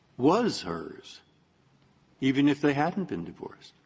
was hers even if they hadn't been divorced?